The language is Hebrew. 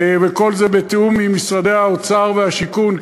וכל זה בתיאום עם משרדי האוצר והשיכון.